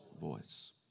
voice